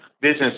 business